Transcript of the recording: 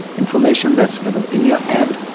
information that's kind of in your hand,